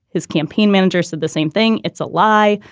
his campaign manager said the same thing. it's a lie.